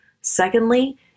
Secondly